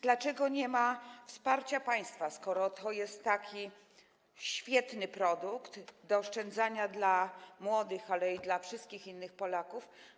Dlaczego nie ma wsparcia państwa, skoro to jest taki świetny produkt do oszczędzania dla młodych, ale i dla wszystkich innych Polaków?